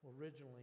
originally